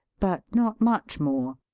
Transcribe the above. but not much more.